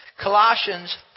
Colossians